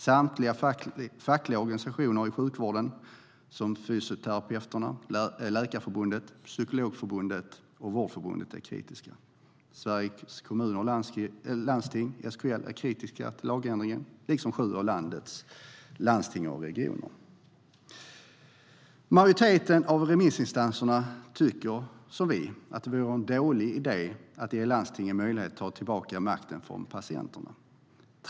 Samtliga fackliga organisationer i sjukvården, som Fysioterapeuterna, Läkarförbundet, Psykologförbundet och Vårdförbundet, är kritiska. Sveriges Kommuner och Landsting, SKL, är kritiskt till lagändringen liksom sju av landets landsting och regioner. Majoriteten av remissinstanserna tycker, som vi, att det vore en dålig idé att ge landstingen möjlighet att ta tillbaka makten från patienterna.